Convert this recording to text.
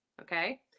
okay